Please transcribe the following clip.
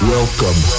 Welcome